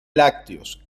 lácteos